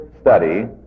study